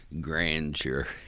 Grandeur